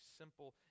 simple